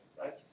Right